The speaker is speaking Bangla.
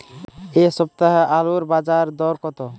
এ সপ্তাহে আলুর বাজার দর কত?